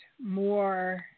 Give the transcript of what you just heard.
more